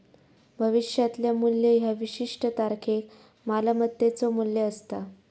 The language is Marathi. भविष्यातला मू्ल्य ह्या विशिष्ट तारखेक मालमत्तेचो मू्ल्य असता